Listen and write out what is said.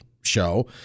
show